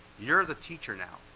you're the teacher now,